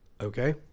Okay